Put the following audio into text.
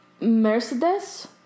Mercedes